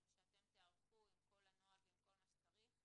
שאתם תיערכו עם כל הנוהל וכל מה שצריך,